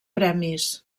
premis